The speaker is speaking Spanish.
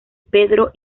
pedro